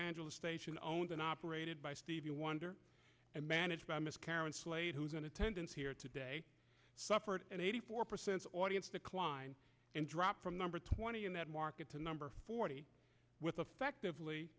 angeles station owned and operated by stevie wonder and managed by miss karen slade who's an attendance here today suffered an eighty four percent audience decline and dropped from number twenty in that market to number forty with affective